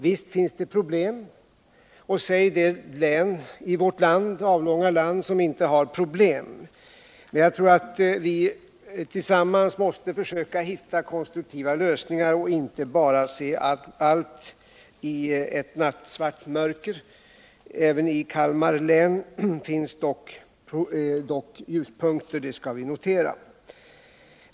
Visst finns det problem — säg det län i vårt avlånga ka hitta konstruktiva lösningar, och inte bara se allt i ett nattsvart mörker. Även land som inte har problem! Men jag tror att vi tillsammans måste fö i Kalmar län finns dock ljuspunkter, och det bör vi notera.